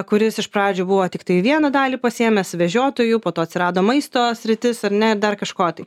kuris iš pradžių buvo tiktai vieną dalį pasiėmęs vežiotojų po to atsirado maisto sritis ar ne ir dar kažko tai